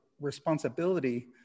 responsibility